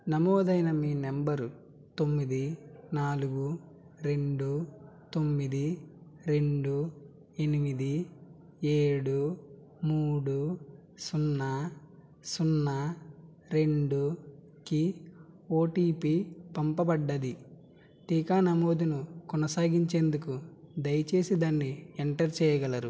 నమోదైన మీ నంబరు తొమ్మిది నాలుగు రెండు తొమ్మిది రెండు ఎనిమిది ఏడు మూడు సున్నా సున్నా రెండుకి ఓటిపి పంపబడింది టీకా నమోదును కొనసాగించేందుకు దయచేసి దాన్ని ఎంటర్ చెయ్యగలరు